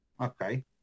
Okay